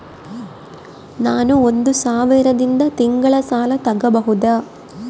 ನಾನು ಒಂದು ಸಾವಿರದಿಂದ ತಿಂಗಳ ಸಾಲ ತಗಬಹುದಾ?